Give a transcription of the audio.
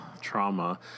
trauma